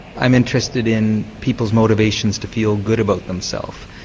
i'm interested in people's motivations to feel good about themselves.